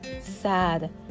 sad